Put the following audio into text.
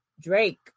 drake